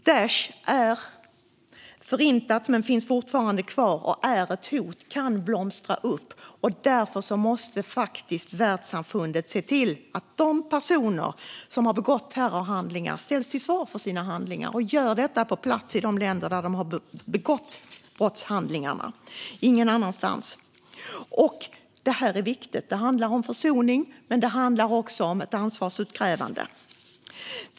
Daish är förintat, men det finns fortfarande kvar som ett hot och kan blomstra upp. Därför måste världssamfundet se till att de personer som har begått terrorhandlingar ställs till svars för sina handlingar. Detta ska ske på plats i de länder där de har begått brottshandlingarna och ingen annanstans. Detta är viktigt. Det handlar om försoning. Men det handlar också om ett ansvarsutkrävande.